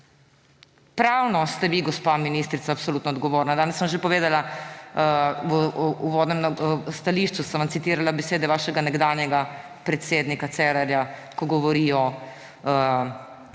Pravno ste vi, gospa ministrica, absolutno odgovorni. Danes sem že povedala, v uvodnem stališču sem vam citirala besede vašega nekdanjega predsednika Cerarja, ko govori o